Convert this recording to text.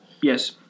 Yes